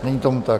Není tomu tak.